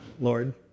Lord